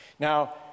Now